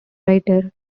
writer